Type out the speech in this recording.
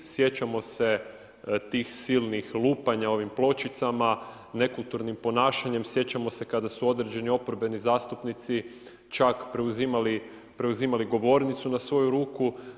Sjećamo se tih silnih lupanja ovim pločicama, nekulturnim ponašanjem, sjećamo se kada su određeni oporbeni zastupnici čak preuzimali govornicu na svoju ruku.